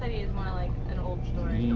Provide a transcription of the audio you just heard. like an old story.